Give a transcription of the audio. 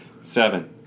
Seven